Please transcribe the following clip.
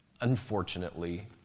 unfortunately